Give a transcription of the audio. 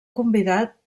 convidat